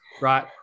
Right